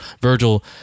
virgil